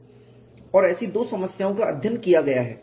और ऐसी दो समस्याओं का अध्ययन किया गया है